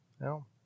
No